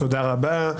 תודה רבה.